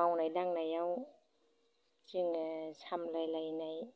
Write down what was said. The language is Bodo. मावनाय दांनायाव जोङो सामलायलायनाय